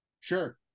Sure